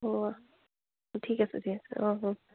অঁ ঠিক আছে ঠিক আছে অঁ অঁ